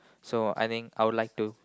so I think I would like to